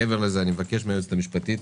מעבר לזה, אני מבקש מהיועצת המשפטית